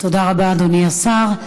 תודה רבה, אדוני השר.